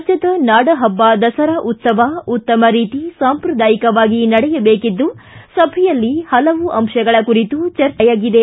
ರಾಜ್ಯದ ನಾಡಪಬ್ಲ ದಸರ ಉತ್ತವ ಉತ್ತಮ ರೀತಿ ಸಂಪ್ರದಾಯಕವಾಗಿ ನಡೆಯಬೇಕಿದ್ದು ಸಭೆಯಲ್ಲಿ ಪಲವು ಅಂಶಗಳ ಕುರಿತು ಚರ್ಚೆಯಾಗಿದೆ